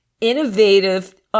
innovative